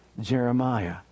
Jeremiah